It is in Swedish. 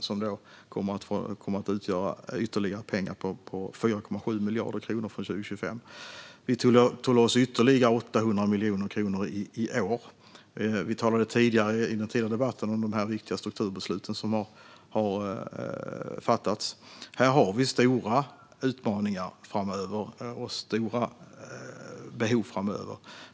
Från 2025 kommer det att innebära ytterligare 4,7 miljarder kronor. Vi tog loss ytterligare 800 miljoner kronor i år. Vi talade i den tidigare debatten om de viktiga strukturbeslut som har fattats. Här har vi stora utmaningar och behov framöver.